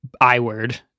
I-word